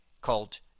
called